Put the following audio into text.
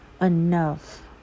enough